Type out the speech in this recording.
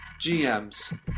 GMs